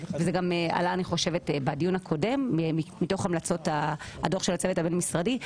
וזה גם עלה בדיון הקודם מתוך המלצות הדוח של הצוות הבין-משרדי.